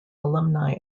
alumni